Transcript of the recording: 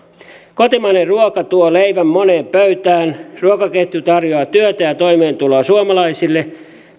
kotimainen ruoka tuo leivän moneen pöytään ruokaketju tarjoaa työtä ja toimeentuloa suomalaisille